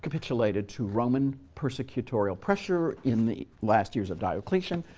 capitulated to roman persecutorial pressure in the last years of diocletian.